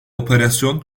operasyon